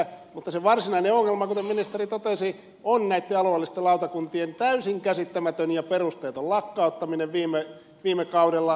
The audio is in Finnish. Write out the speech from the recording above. mutta se varsinainen ongelma kuten ministeri totesi on näitten alueellisten lautakuntien täysin käsittämätön ja perusteeton lakkauttaminen viime kaudella